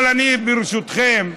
אבל אני, ברשותכם,